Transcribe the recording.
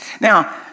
Now